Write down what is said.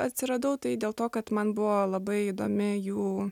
atsiradau tai dėl to kad man buvo labai įdomi jų